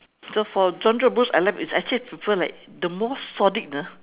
so for genre of books I like it's actually I prefer like the most sordid ah